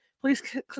Please